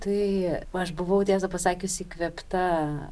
tai aš buvau tiesą pasakius įkvėpta